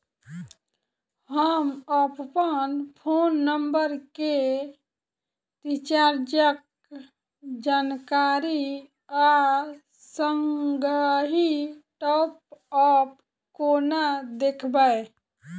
हम अप्पन phone number केँ रिचार्जक जानकारी आ संगहि टॉप अप कोना देखबै?